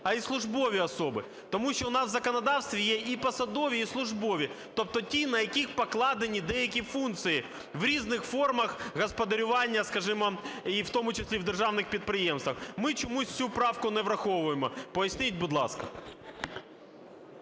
а й службові особи. Тому що у нас в законодавстві є і посадові, і службові, тобто ті, на яких покладені деякі функції в різних формах господарювання, скажімо, і в тому числі в державних підприємствах. Ми чомусь цю правку не враховуємо. Поясніть, будь ласка.